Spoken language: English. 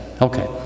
Okay